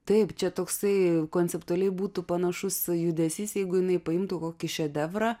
taip čia toksai konceptualiai būtų panašus judesys jeigu jinai paimtų kokį šedevrą